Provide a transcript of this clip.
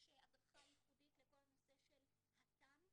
יש הדרכה ייחודית לכל הנושא של הט"מ,